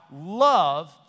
love